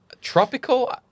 tropical